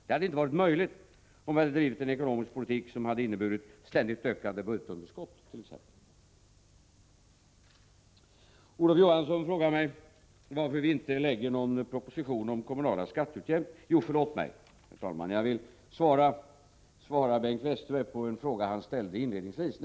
Det hade inte varit möjligt om vi hade drivit en ekonomisk politik som t.ex. hade inneburit ständigt ökande budgetunderskott. Herr talman! Jag vill också besvara en fråga som Bengt Westerberg ställde inledningsvis.